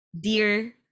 dear